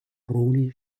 rhône